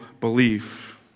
belief